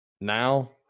Now